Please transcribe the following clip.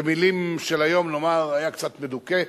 במלים של היום נאמר שהיה קצת מדוכא,